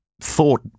thought